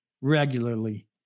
regularly